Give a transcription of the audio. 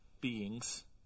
beings